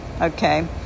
Okay